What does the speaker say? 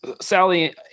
Sally